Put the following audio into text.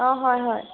অঁ হয় হয়